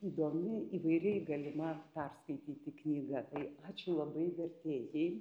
įdomi įvairiai galima perskaityti knygą tai ačiū labai vertėjai